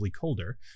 colder